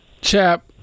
Chap